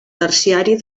terciari